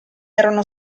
erano